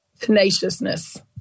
tenaciousness